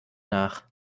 nach